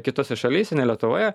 kitose šalyse ne lietuvoje